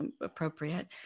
appropriate